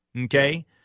okay